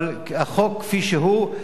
אבל החוק כפי שהוא,